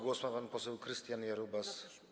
Głos ma pan poseł Krystian Jarubas.